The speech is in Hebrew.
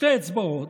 שתי אצבעות,